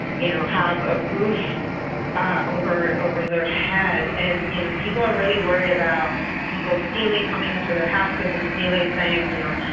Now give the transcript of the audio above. you know, have a roof ah over over their head. and, you know, people are really worried about people stealing coming into their houses and stealing things, you know,